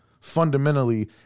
fundamentally